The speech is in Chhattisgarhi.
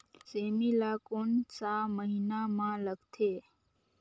सेमी ला कोन सा महीन मां लगथे?